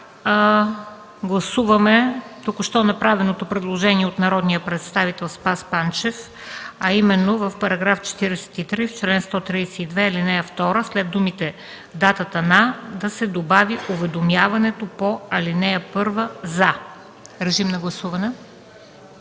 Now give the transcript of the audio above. прието. Гласуваме току-що направеното предложение от народния представител Спас Панчев, а именно в § 43, чл. 132, ал. 2 след думите „датата на” да се добави „уведомяването по ал. 1 за”. Моля, гласувайте.